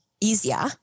easier